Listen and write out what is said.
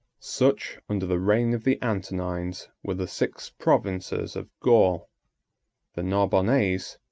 such, under the reign of the antonines, were the six provinces of gaul the narbonnese,